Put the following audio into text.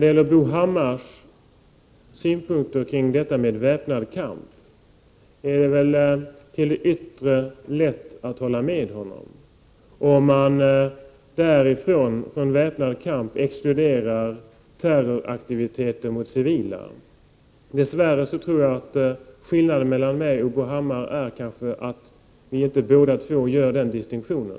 Beträffande Bo Hammars synpunkter på väpnad kamp vill jag säga att det ytligt sett är lätt att hålla med honom, om man från väpnad kamp exkluderar terroraktiviteterna mot civila. Dess värre tror jag att skillnaden mellan mig och Bo Hammar kanske är att båda inte gör den distinktionen.